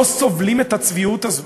לא סובלים את הצביעות הזאת.